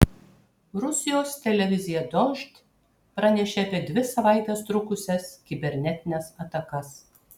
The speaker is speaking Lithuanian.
rusijos televizija dožd pranešė apie dvi savaites trukusias kibernetines atakas